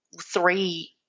three